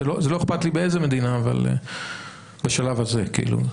זה לא אכפת לי באיזה מדינה בשלב הזה.